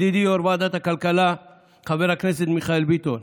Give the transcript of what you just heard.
ידידי יו"ר ועדת הכלכלה חבר הכנסת מיכאל ביטון,